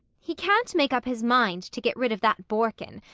he can't make up his mind to get rid of that borkin,